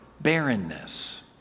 barrenness